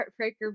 Heartbreaker